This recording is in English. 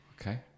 Okay